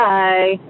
Bye